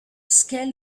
scale